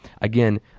again